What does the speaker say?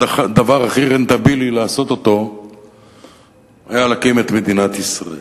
הדבר הכי לא רנטבילי לעשות היה להקים את מדינת ישראל.